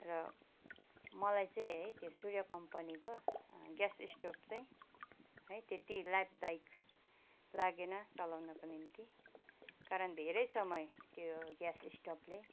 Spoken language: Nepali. र मलाई चाहिँ है त्यो सूर्य कम्पनीको ग्यास स्टोभ चाहिँ है त्यति लाभदायक लागेन चलाउनको निम्ति कारण धेरै समय त्यो ग्यास स्टोभले